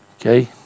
Okay